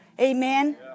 Amen